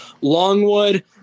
Longwood